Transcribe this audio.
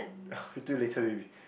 I will do later maybe